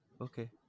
Okay